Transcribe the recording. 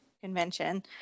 convention